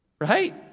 Right